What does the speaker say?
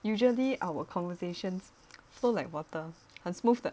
usually our conversations flow like water and smooth 的